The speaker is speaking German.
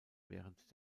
während